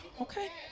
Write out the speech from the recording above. okay